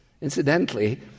Incidentally